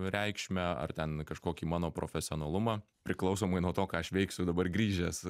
reikšmę ar ten kažkokį mano profesionalumą priklausomai nuo to ką aš veiksiu dabar grįžęs